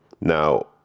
Now